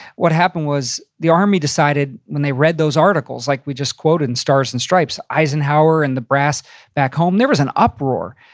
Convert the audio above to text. what happened was the army decided when they read those articles like we just quoted in stars and stripes, eisenhower and the brass back home, there was an uproar.